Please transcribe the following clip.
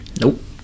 nope